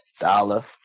dollar